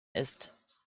ist